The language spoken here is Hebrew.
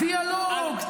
דיאלוג.